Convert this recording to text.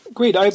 Great